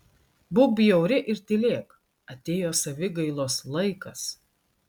būk bjauri ir tylėk atėjo savigailos laikas